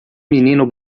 menino